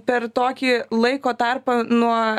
per tokį laiko tarpą nuo